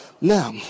Now